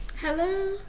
Hello